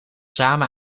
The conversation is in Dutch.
samen